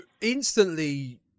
instantly